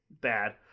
bad